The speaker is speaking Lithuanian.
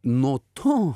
nuo to